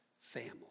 family